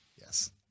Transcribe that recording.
yes